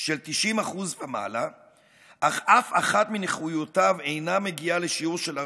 של 90% ומעלה אך אף אחת מנכויותיו אינה מגיעה לשיעור של 40%,